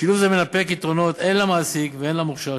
שילוב זה מנפק יתרונות הן למעסיק והן למוכשר,